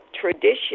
tradition